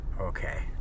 Okay